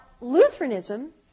Lutheranism